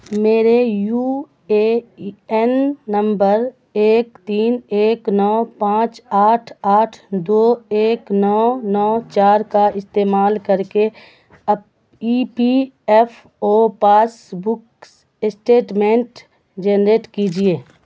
میرے U A N number ایک تین ایک نو پانچ آٹھ آٹھ دو ایک نو نو چار کا استعمال کر کے P P F passbook بکس اسٹیٹمنٹ جنریٹ کیجیے